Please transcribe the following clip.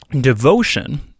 devotion